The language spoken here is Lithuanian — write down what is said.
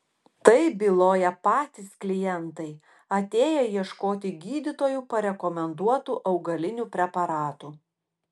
tai byloja patys klientai atėję ieškoti gydytojų parekomenduotų augalinių preparatų